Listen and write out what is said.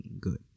good